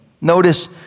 Notice